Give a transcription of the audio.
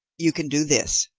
you can do this,